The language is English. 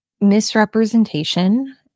misrepresentation